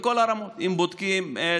בכל הרמות: אם בודקים את